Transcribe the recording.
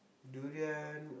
durian